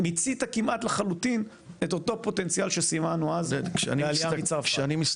מיצית כמעט לחלוטין את אותו פוטנציאל שסימנו אז לעלייה מצרפת.